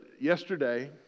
yesterday